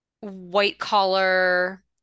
white-collar